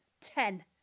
Ten